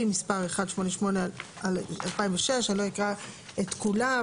מספר 1881/2006. אני לא אקרא את כולה.